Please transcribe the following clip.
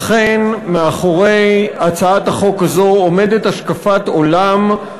אכן מאחורי הצעת החוק הזאת עומדת השקפת עולם,